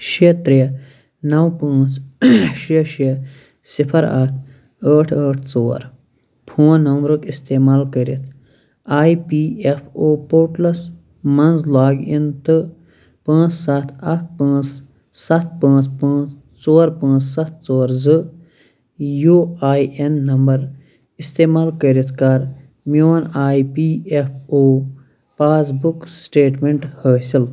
شیٚے ترٛےٚ نو پانٛژھ شےٚ شےٚ صِفر اکھ ٲٹھ ٲٹھ ژور فون نمبرُک اِستعمال کٔرِتھ I P F O portals مَنٛز لاگ اِن تہٕ پٲنٛژھ سَتھ اکھ پٲنژھ سَتھ پٲنٛژھ پٲنٛژھ ژور پٲنٛژھ سَتھ ژور زٕ یوٗ اےٚ اٮ۪ن نمبر اِستعمال کٔرِتھ کَر میٛون I P F O passbook statement حٲصِل